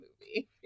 movie